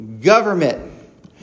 government